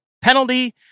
penalty